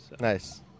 nice